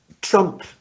Trump